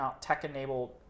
tech-enabled